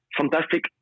fantastic